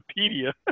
Wikipedia